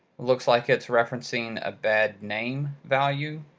looks like it's referencing a bad name value.